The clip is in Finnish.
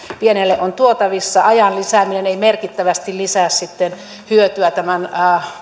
pienelle on tuotavissa ajan lisääminen ei merkittävästi lisää sitten hyötyä tämän